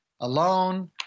alone